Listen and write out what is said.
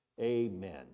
amen